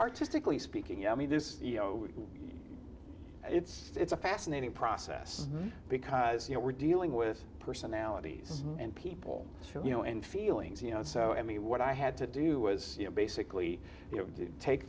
artistically speaking you know i mean this you know it's it's a fascinating process because you know we're dealing with personalities and people you know and feelings you know so i mean what i had to do was basically you know do take